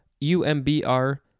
U-M-B-R